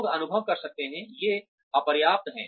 लोग अनुभव कर सकते हैं ये अपर्याप्त हैं